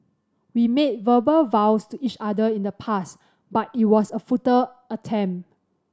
we made verbal vows to each other in the past but it was a futile attempt